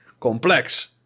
Complex